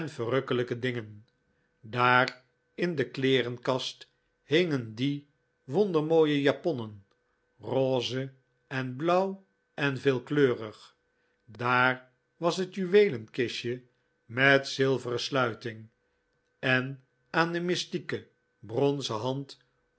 verrukkelijke dingen daar in de kleerenkast hingen die wondermooie japonnen rose en blauw en veelkleurig daar was het juweelenkistje met zilveren sluiting en aan de mystieke bronzen hand